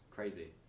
Crazy